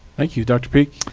thank you. dr peak.